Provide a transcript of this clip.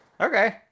Okay